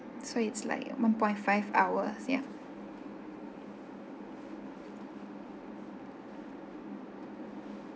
so it's like one point five hours ya